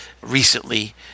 recently